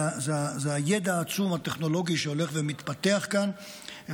הידע הטכנולוגי העצום שהולך ומתפתח כאן,